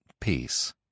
peace